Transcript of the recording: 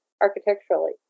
architecturally